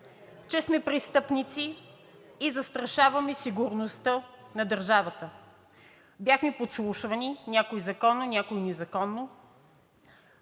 че сме престъпници и застрашаваме сигурността на държавата, бяхме подслушвани – някои законно, някои незаконно.